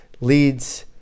leads